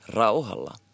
rauhalla